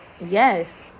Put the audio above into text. yes